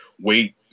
wait